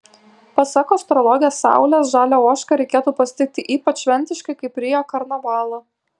pasak astrologės saulės žalią ožką reikėtų pasitikti ypač šventiškai kaip rio karnavalą